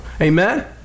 amen